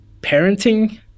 parenting